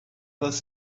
was